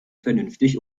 vernünftig